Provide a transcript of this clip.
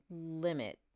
limit